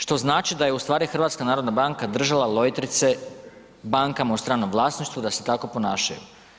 Što znači da je u stvari HNB držala lojtrice bankama u stranom vlasništvu da se tako ponašaju.